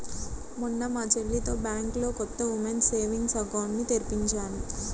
మొన్న మా చెల్లితో బ్యాంకులో కొత్త ఉమెన్స్ సేవింగ్స్ అకౌంట్ ని తెరిపించాను